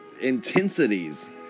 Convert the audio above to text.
intensities